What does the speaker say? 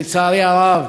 לצערי הרב,